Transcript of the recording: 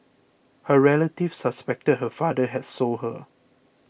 her relatives suspected her father had sold her